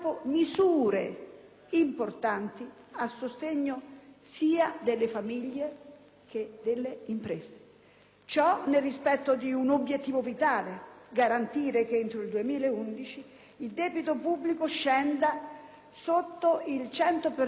importanti a sostegno sia delle famiglie che delle imprese. Ciò, nel rispetto di un obiettivo vitale: garantire che entro il 2011 il debito pubblico scenda sotto il 100 per